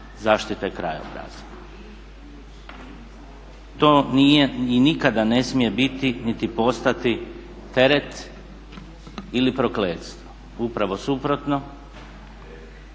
zaštite krajobraza. To nije i nikada ne smije biti niti postati teret ili prokletstvo. Upravo suprotno,